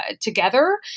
together